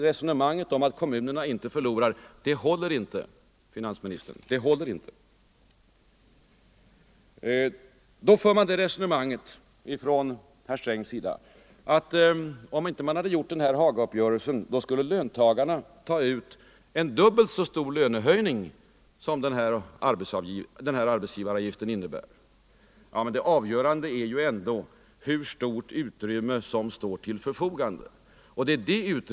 Resonemanget om att kommunerna inte förlorar någonting håller alltså inte, herr finansminister. Då säger herr Sträng, att om man inte hade träffat den här Hagauppgörelsen så skulle löntagarna ta ut en dubbelt så stor lönehöjning. Ja, men det avgörande är ändå hur stort utrymme som står till förfogande.